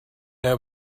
able